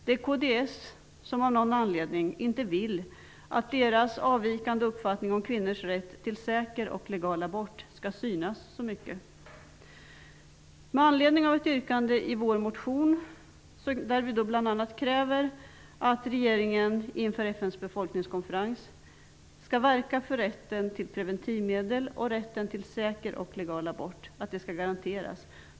Kristdemokraterna vill av någon anledning inte att deras avvikande uppfattning om kvinnors rätt till en säker och legal abort skall synas så mycket. I vår motion kräver vi bl.a. att regeringen inför FN:s befolkningskonferens skall verka för att rätten till preventivmedel och till en säker och legal abort skall garanteras.